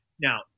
Now